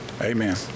Amen